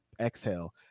exhale